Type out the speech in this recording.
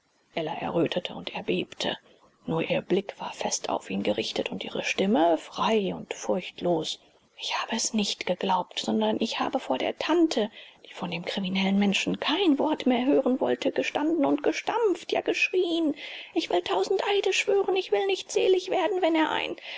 ella errötete und erbebte nur ihr blick war fest auf ihn gerichtet und ihre stimme frei und furchtlos ich habe es nicht geglaubt sondern ich habe vor der tante die von dem kriminellen menschen kein wort mehr hören wollte gestanden und gestampft ja geschrien ich will tausend eide schwören ich will nicht selig werden wenn er ein